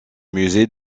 musée